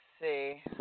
see